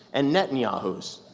and netanyahus.